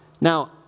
Now